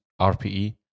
RPE